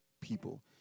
people